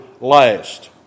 last